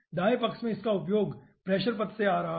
दाएं पक्ष में इसका उपयोग प्रेशर पद से आ रहा है